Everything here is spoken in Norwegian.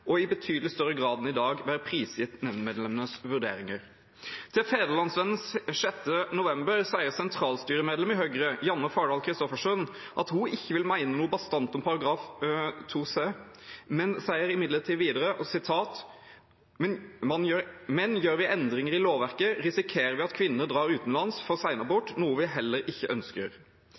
og i betydelig større grad enn i dag være prisgitt nemndmedlemmenes vurderinger. Til Fædrelandsvennen 6. november sier sentralstyremedlem i Høyre Janne Fardal Kristoffersen at hun ikke vil mene noe bastant om § 2c, men sier imidlertid videre: «Men gjør vi endringer i lovverket, risikerer vi at kvinner drar utenlandsk for senabort, noe vi jo heller ikke ønsker.»